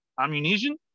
ammunition